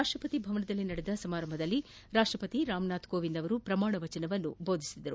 ರಾಷ್ಟಪತಿ ಭವನದಲ್ಲಿ ನಡೆದ ಸಮಾರಂಭದಲ್ಲಿ ರಾಷ್ಟಪತಿ ರಾಮನಾಥ್ ಕೋವಿಂದ್ ಅವರು ಪ್ರಮಾಣ ವಚನ ಬೋಧಿಸಿದರು